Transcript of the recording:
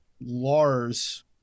Lars